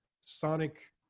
sonic